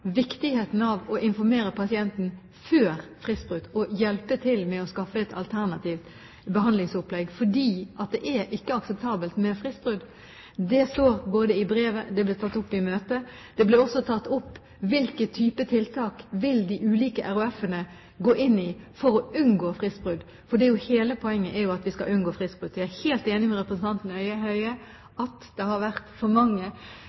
viktigheten av å informere pasienten før fristbrudd og hjelpe til med å skaffe et alternativt behandlingsopplegg, for det er ikke akseptabelt med fristbrudd. Det står i brevet, og det ble tatt opp i møtet. Det ble også tatt opp hvilke type tiltak de ulike RHF-ene vil gå inn i for å unngå fristbrudd, for hele poenget er at vi skal unngå fristbrudd. Jeg er helt enig med representanten Høie i at det har vært for mange